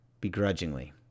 begrudgingly